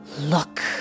look